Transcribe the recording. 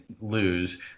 lose